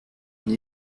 une